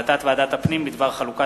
והחלטת ועדת הפנים והגנת הסביבה בדבר חלוקת